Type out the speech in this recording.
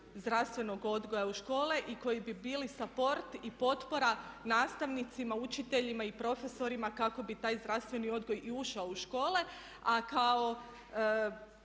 zdravstvenog odgoja u škole i koji bi bili support i potpora nastavnicima, učiteljima i profesorima kako bi taj zdravstveni odgoj i ušao u škole. A kao